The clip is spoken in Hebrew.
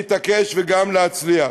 להתעקש וגם להצליח.